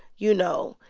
you know,